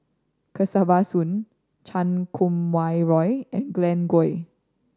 Kesavan Soon Chan Kum Wah Roy and Glen Goei